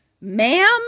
ma'am